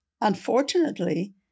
unfortunately